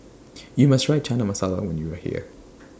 YOU must Try Chana Masala when YOU Are here